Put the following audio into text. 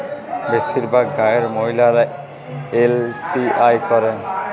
বেশিরভাগ গাঁয়ের মহিলারা এল.টি.আই করেন